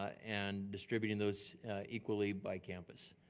and distributing those equally by campus.